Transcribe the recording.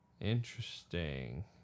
Interesting